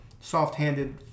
soft-handed